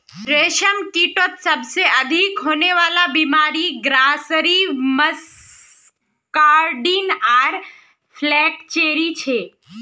रेशमकीटत सबसे अधिक होने वला बीमारि ग्रासरी मस्कार्डिन आर फ्लैचेरी छे